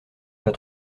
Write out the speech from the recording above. pas